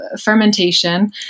fermentation